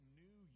new